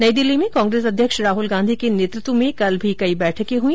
नई दिल्ली में कांग्रेस अध्यक्ष राहल गांधी के नेतृत्व में कल भी कई बैठके हुई